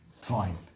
Fine